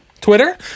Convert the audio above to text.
Twitter